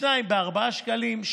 שניים בארבעה שקלים,